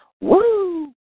Woo